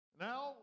Now